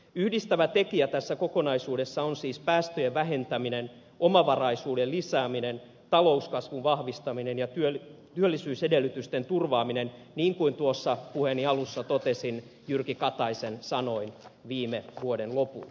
yhdistävä tekijä tässä kokonaisuudessa on siis päästöjen vähentäminen omavaraisuuden lisääminen talouskasvun vahvistaminen ja työllisyysedellytysten turvaaminen niin kuin tuossa puheeni alussa totesin jyrki kataisen sanoin viime vuoden lopulta